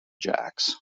jacks